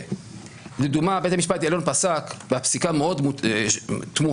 לדוגמה, בית המשפט העליון פסק בפסיקה מאוד תמוהה